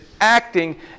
acting